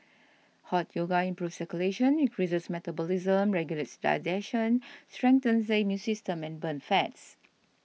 Hot Yoga improves circulation increases metabolism regulates digestion strengthens the immune system and burns fats